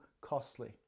costly